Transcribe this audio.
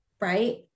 right